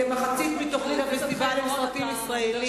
כמחצית מתוכנית הפסטיבל היא סרטים ישראליים.